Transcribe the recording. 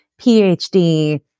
PhD